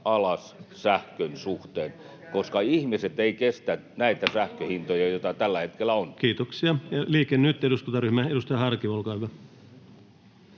alas sähkön suhteen, koska ihmiset eivät kestä näitä sähkön hintoja, joita tällä hetkellä on. Liike Nyt -eduskuntaryhmä, edustaja Harkimo, olkaa hyvä.